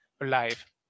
alive